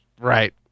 Right